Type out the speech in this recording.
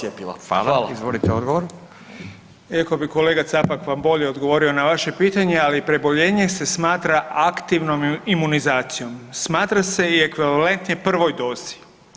Iako bi kolega Capak vam odgovorio na vaše pitanje, ali preboljenje se smatra aktivnom imunizacijom, smatra se i ekvivalentnije prvoj dozi.